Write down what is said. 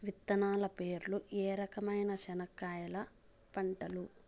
విత్తనాలు పేర్లు ఏ రకమైన చెనక్కాయలు పంటలు?